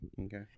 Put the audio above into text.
Okay